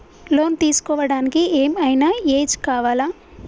Loan తీస్కోవడానికి ఏం ఐనా ఏజ్ కావాలా?